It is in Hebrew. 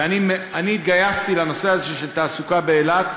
ואני התגייסתי לנושא הזה של תעסוקה באילת,